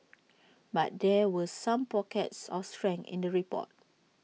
but there were some pockets of strength in the report